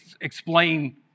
explain